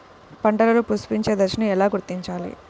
పంటలలో పుష్పించే దశను ఎలా గుర్తించాలి?